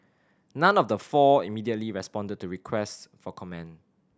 none of the four immediately responded to request for comment